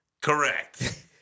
Correct